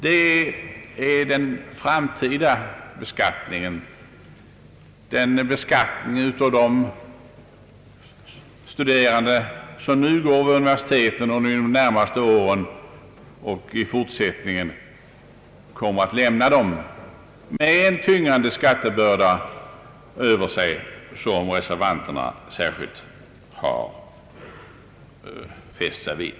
Det är den framtida beskattningen, dvs. beskattningen av dem som studerar vid universiteten nu och under de närmaste åren och som i fortsättningen kommer att träda ut i arbetslivet med en tyngande skattebörda över sig, som reservanterna särskilt har fäst sig vid.